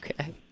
Okay